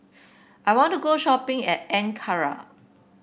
I want to go shopping at Ankara